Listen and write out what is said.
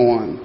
on